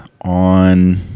on